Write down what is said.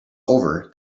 over